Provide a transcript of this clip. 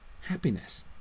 happiness